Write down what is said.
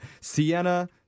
Sienna